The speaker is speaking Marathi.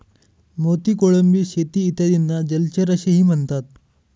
मोती, कोळंबी शेती इत्यादींना जलचर असेही म्हणतात